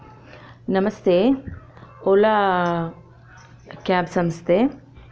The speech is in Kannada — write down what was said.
ನಮಸ್ತೆ ಓಲಾ ಕ್ಯಾಬ್ ಸಂಸ್ಥೆ